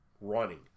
running